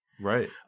Right